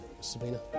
Sabina